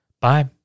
Bye